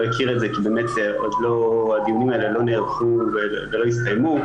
הכיר את זה כי באמת הדיונים האלה לא נערכו ולא הסתיימו